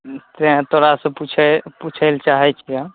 तैं तोरासँ पुछय पुछय लए चाहय छियै